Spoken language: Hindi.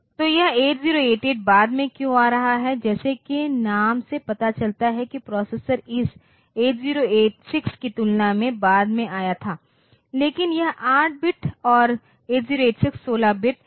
तो यह 8088 बाद में क्यों आ रहा है जैसा कि नाम से पता चलता है कि यह प्रोसेसर इस 8086 की तुलना में बाद में आया था लेकिन यह 8 बिट और 8086 16 बिट क्यों है